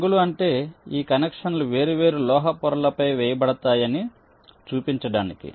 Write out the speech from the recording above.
రంగులు అంటే ఈ కనెక్షన్లు వేర్వేరు లోహ పొరలపై వేయబడతాయి అని చూపించడానికి